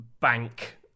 bank